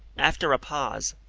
after a pause,